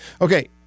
Okay